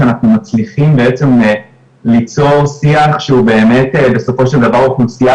שאנחנו מצליחים בעצם ליצור שיח שהוא באמת בסופו של דבר אוכלוסייה